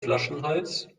flaschenhals